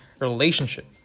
relationship